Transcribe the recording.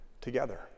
together